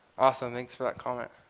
awesome. thanks for that comment.